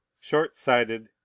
short-sighted